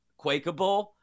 Quakeable